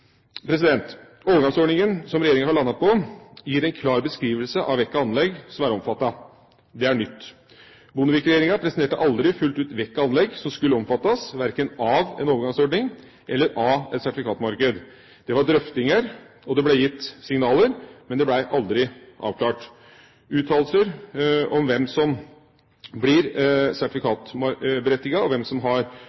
Overgangsordningen som regjeringa har landet på, gir en klar beskrivelse av hvilke anlegg som er omfattet. Det er nytt. Bondevik-regjeringa presiserte aldri fullt ut hvilke anlegg som skulle omfattes, verken av overgangsordning eller av sertifikatmarked. Det var drøftinger, og det ble gitt signaler, men det ble aldri avklart. Uttalelser om hvem som blir